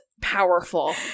powerful